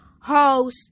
house